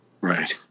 Right